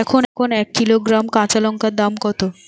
এখন এক কিলোগ্রাম কাঁচা লঙ্কার দাম কত?